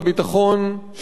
היא הגרעין האירני,